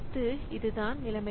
அடுத்து இதுதான் நிலைமை